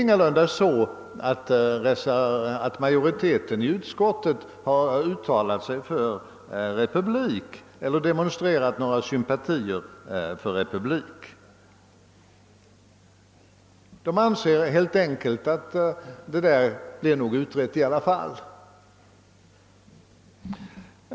Utskottsmajoriteten har ingalunda uttalat sig eller demonstrerat några sympatier för republik. Den anser helt enkelt att frågan om kvinnlig tronföljd nog blir utredd i alla fall.